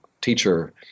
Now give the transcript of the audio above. teacher